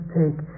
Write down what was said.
take